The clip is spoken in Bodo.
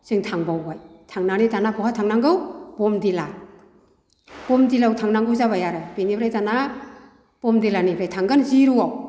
जों थांबावबाय थांनानै दाना बहा थांनांगौ बमदिला बमदिलायाव थांनांगौ जाबाय आरो बिनिफ्राय दाना बमदिलानिफ्रय थांगोन जिर'आव